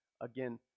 Again